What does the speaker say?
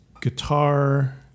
guitar